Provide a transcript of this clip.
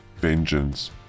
vengeance